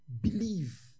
Believe